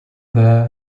there